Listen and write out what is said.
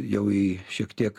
jau į šiek tiek